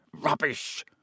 Rubbish